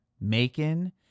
Macon